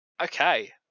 okay